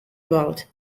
about